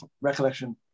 recollection